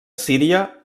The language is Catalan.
síria